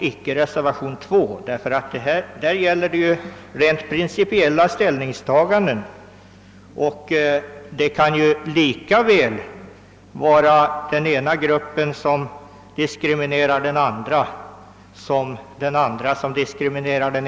I reservationen II görs rent principiella ställningstaganden, och det kan lika väl vara den ena gruppen som den andra som diskrimineras.